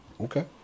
Okay